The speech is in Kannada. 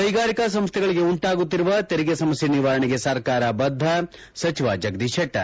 ಕೈಗಾರಿಕಾ ಸಂಸ್ಥೆಗಳಿಗೆ ಉಂಟಾಗುತ್ತಿರುವ ತೆರಿಗೆ ಸಮಸ್ಯೆ ನಿವಾರಣೆಗೆ ಸರ್ಕಾರ ಬದ್ದ ಸಚಿವ ು ಜಗದೀಶ್ ಶೆಟ್ನರ್